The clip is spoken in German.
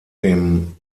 dem